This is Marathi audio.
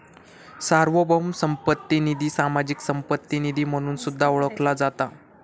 सार्वभौम संपत्ती निधी, सामाजिक संपत्ती निधी म्हणून सुद्धा ओळखला जाता